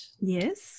Yes